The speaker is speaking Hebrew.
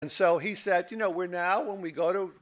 ואז הוא אמר, אתה יודע, אנחנו עכשיו, כשאנחנו נלך ל...